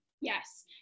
Yes